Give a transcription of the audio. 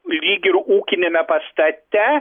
lyg ir ūkiniame pastate